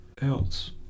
else